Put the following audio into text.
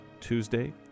Tuesday